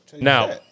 Now